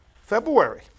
February